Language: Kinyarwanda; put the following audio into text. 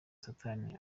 satani